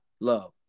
love